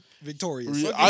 Victorious